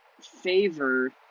favor